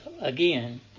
again